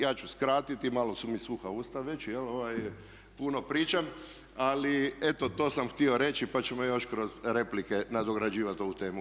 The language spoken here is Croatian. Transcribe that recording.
Ja ću skratiti, malo su mi suha usta već, puno pričam, ali eto to sam htio reći pa ćemo još kroz replike nadograđivati ovu temu.